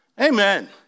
Amen